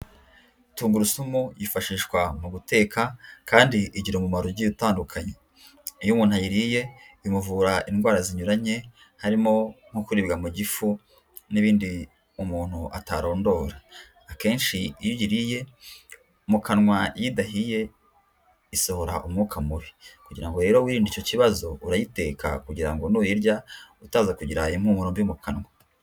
Tungurusumu yifashishwa mu guteka kandi igira umumaro ugiye utandukanye, iyo umuntu ayiriye imuvura indwara zinyuranye harimo nko kuribwa mu gifu n'ibindi umuntu atarondora, akenshi iyo uyiriye mu kanwa iyo idahiye isohora umwuka mubi kugira ngo rero wirinde icyo kibazo urayiteka kugira ngo nuyirya utaza kugira impumuro mbi mu kanwa.